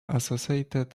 associated